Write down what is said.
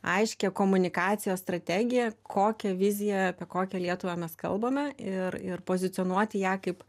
aiškią komunikacijos strategiją kokią viziją apie kokią lietuvą mes kalbame ir ir pozicionuoti ją kaip